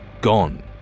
gone